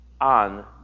On